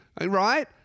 Right